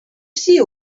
see